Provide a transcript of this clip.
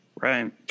Right